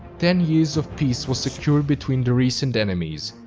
ten years of peace was secured between the recent enemies.